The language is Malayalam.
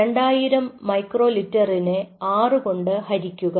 2000 µl നെ 6 കൊണ്ട് ഹരിക്കുക